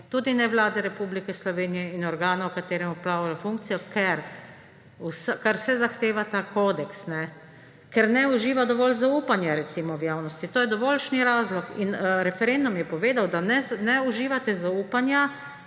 tudi ne Vlade Republike Slovenije in organa, v katerem opravlja funkcijo, kar vse zahteva ta kodeks, ker ne uživa dovolj zaupanja recimo v javnosti. To je dovoljšni razlog in referendum je povedal, da ne uživate zaupanja,